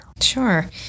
Sure